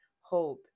hope